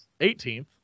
18th